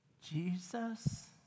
Jesus